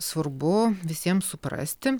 svarbu visiem suprasti